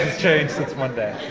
changed since monday.